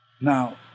Now